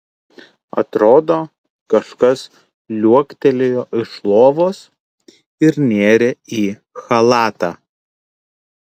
atrodo kažkas liuoktelėjo iš lovos ir nėrė į chalatą